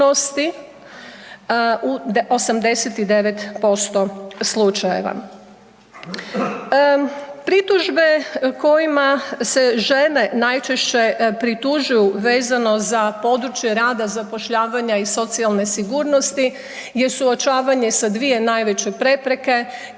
u 89% slučajeva. Pritužbe kojima se žene najčešće pritužuju vezano za područje rada, zapošljavanja i socijalne sigurnosti je suočavanje sa 2 najveće prepreke i